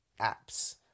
apps